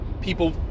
people